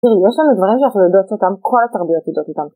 תראי יש לנו דברים שאנחנו יודעות אותם, כל התרבויות יודעות אותם.